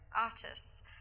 artists